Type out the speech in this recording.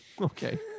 Okay